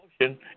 motion